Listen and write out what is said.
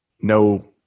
no